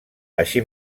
així